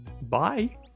bye